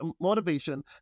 motivation